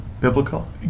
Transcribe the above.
biblical